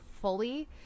fully